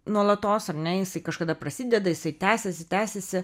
nuolatos ar ne jisai kažkada prasideda jisai tęsiasi tęsiasi